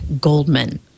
Goldman